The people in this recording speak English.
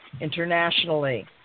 internationally